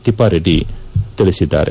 ತಿಪ್ಪಾರೆಡ್ಡಿ ತಿಳಿಸಿದ್ದಾರೆ